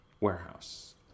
warehouse